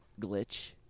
glitch